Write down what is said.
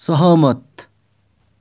सहमत